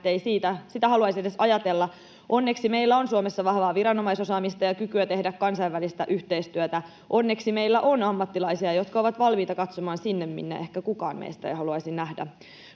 ettei sitä haluaisi edes ajatella. Onneksi meillä on Suomessa vahvaa viranomaisosaamista ja kykyä tehdä kansainvälistä yhteistyötä. Onneksi meillä on ammattilaisia, jotka ovat valmiita katsomaan sinne, minne ehkä kukaan meistä ei haluaisi nähdä.